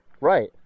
right